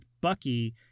bucky